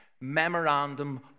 memorandum